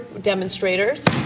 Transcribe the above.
demonstrators